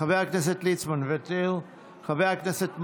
חבר הכנסת ליצמן, מוותר, חבר הכנסת מעוז,